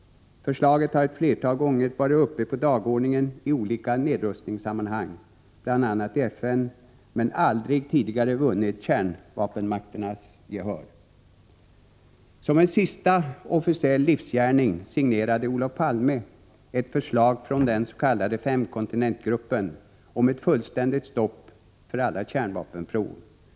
Förslaget har i olika nedrustningssammanhang flera gånger varit uppe på dagordningen, bl.a. i FN, men aldrig tidigare vunnit kärnvapenmakternas gehör. Som en sista officiell livsgärning signerade Olof Palme ett förslag från den s.k. femkontinentsgruppen om ett fullständigt stopp för alla kärnvapenprov.